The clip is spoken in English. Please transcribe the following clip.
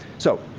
so,